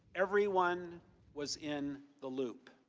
everyone was in the loop.